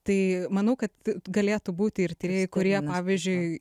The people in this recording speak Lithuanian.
tai manau kad galėtų būti ir tyrėjai kurie pavyzdžiui